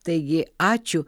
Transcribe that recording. taigi ačiū